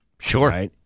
Sure